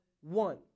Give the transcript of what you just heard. one